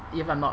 if I'm not